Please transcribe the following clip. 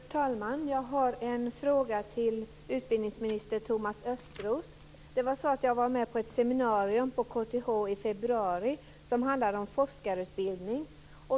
Fru talman! Jag har en fråga till utbildningsminister Thomas Östros. Jag var med på ett seminarium på KTH i februari som handlade om forskarutbildning.